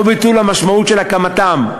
או ביטול המשמעות של הקמתם.